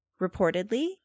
Reportedly